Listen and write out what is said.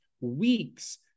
weeks